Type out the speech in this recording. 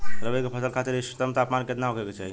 रबी क फसल खातिर इष्टतम तापमान केतना होखे के चाही?